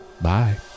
Bye